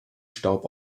staub